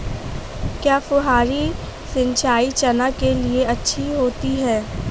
क्या फुहारी सिंचाई चना के लिए अच्छी होती है?